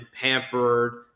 pampered